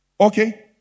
okay